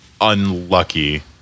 unlucky